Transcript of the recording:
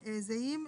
זהים.